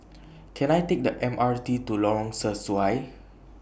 Can I Take The M R T to Lorong Sesuai